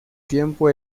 tiempo